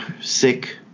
sick